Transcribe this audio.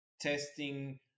testing